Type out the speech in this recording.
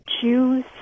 Jews